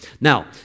Now